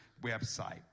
website